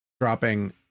dropping